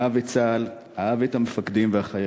אהב את צה"ל, אהב את המפקדים והחיילים,